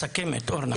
את מסכמת, אורנה.